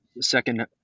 second